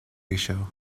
ratio